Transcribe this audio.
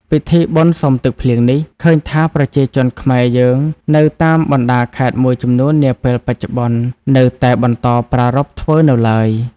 ពិធីបុណ្យសុំទឹកភ្លៀងនេះ ឃើញថាប្រជាជនខ្មែរយើងនៅតាមបណ្តាខេត្តមួយចំនួននាពេលបច្ចុប្បន្ននៅតែបន្តប្រារព្ធធ្វើនៅឡើយ ។